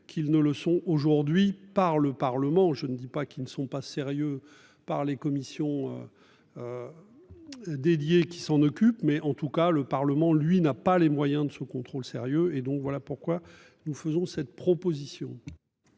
qu'ils ne le sont aujourd'hui par le Parlement. Je ne dis pas qu'ils ne sont pas sérieux par les commissions. Dédiées qui s'en occupe mais en tout cas le Parlement lui n'a pas les moyens de ce contrôle sérieux et donc voilà pourquoi nous faisons cette proposition.